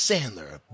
Sandler